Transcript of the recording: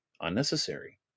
unnecessary